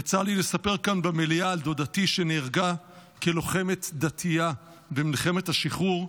יצא לי לספר כאן במליאה על דודתי שנהרגה כלוחמת דתייה במלחמת השחרור.